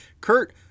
Kurt